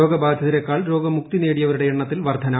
രോഗബാധിതരേക്കാൾ രോഗമുക്തി നേടിയവരുടെ എണ്ണത്തിൽ വർദ്ധന